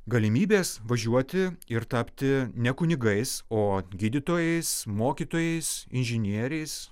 galimybės važiuoti ir tapti ne kunigais o gydytojais mokytojais inžinieriais